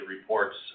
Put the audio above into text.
reports